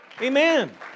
Amen